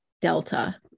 Delta